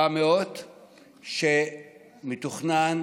400 שמתוכנן